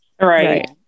Right